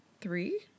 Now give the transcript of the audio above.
three